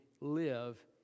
live